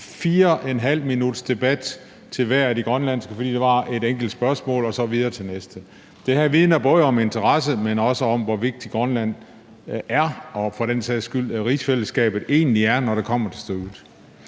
af de grønlandske kolleger lige præcis 4½ minut, fordi der var et enkelt spørgsmål, og så var det videre til den næste. Det her vidner både om interesse, men også om, hvor vigtig Grønland er, og for den sags skyld om, hvor vigtigt rigsfællesskabet egentlig er, når det kommer til stykket.